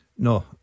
No